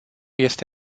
este